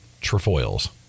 trefoils